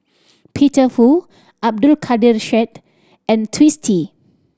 Peter Fu Abdul Kadir Syed and Twisstii